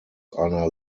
einer